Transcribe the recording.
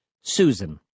Susan